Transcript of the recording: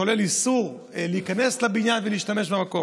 כולל איסור להיכנס לבניין ולהשתמש במקום.